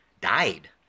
died